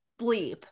bleep